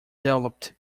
developed